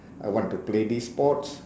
I want to play this sports